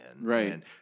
Right